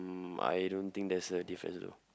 mm I don't think there's a difference though